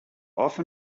often